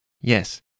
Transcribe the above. Yes